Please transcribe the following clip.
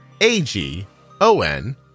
A-G-O-N